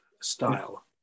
style